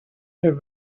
have